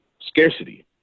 scarcity